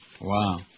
Wow